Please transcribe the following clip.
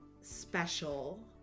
special